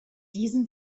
diesen